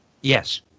Yes